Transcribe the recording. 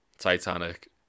Titanic